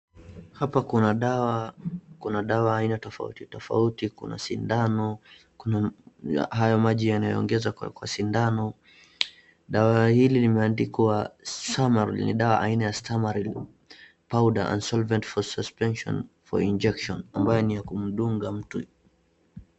Hapa kuna dawa, kuna dawa aina tofauti tofauti, kuna sindano, kuna hayo maji yanayoongezwa kwa kwa sindano. Dawa hili limeandikwa Stamaril, ni dawa aina ya stamaril, powder unsolvent for suspension, for injection ambayo ni ya kumdunga mtu.